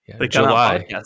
July